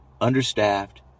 understaffed